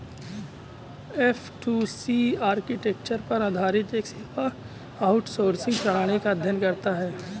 F two C architecture पर आधारित एक सेवा आउटसोर्सिंग प्रणाली का अध्ययन करता है